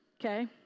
okay